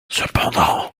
cependant